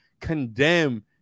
condemn